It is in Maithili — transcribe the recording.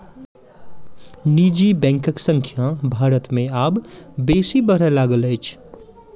निजी बैंकक संख्या भारत मे आब बेसी बढ़य लागल अछि